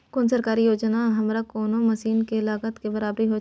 कोन सरकारी योजना हमरा कोनो मसीन के लागत के बराबर होय छै?